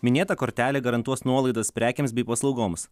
minėta kortelė garantuos nuolaidas prekėms bei paslaugoms